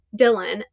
Dylan